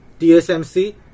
TSMC